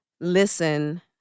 listen